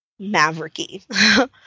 mavericky